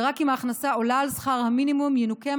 ורק אם ההכנסה עולה על שכר המינימום ינוכה